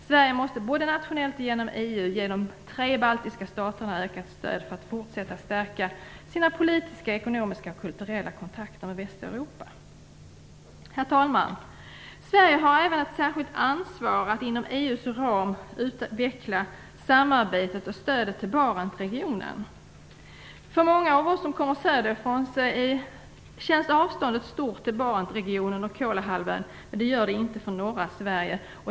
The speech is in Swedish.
Sverige måste, både nationellt och genom EU, ge de tre baltiska staterna ökat stöd för att fortsätta stärka sina politiska, ekonomiska och kulturella kontakter med Västeuropa. Herr talman! Sverige har även ett särskilt ansvar att inom EU:s ram utveckla samarbetet och stödet till Barentsregionen. För många av oss som kommer söderifrån känns avståndet till Barentsregionen och Kolahalvön stort, vilket det inte gör för dem som kommer från norra Sverige.